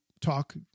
talk